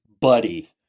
buddy